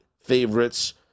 favorites